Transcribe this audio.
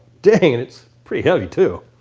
dang, and it's pretty heavy too!